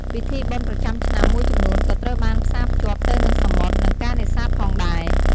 ពិធីបុណ្យប្រចាំឆ្នាំមួយចំនួនក៏ត្រូវបានផ្សារភ្ជាប់ទៅនឹងសមុទ្រ និងការនេសាទផងដែរ។